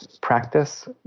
practice